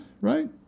right